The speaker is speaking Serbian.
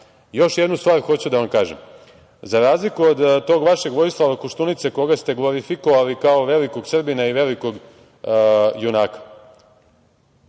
jednu stvar hoću da vam kažem. Za razliku od tog vašeg Vojislava Koštunice, koga ste glorifikovali kao velikog Srbina i velikog junaka,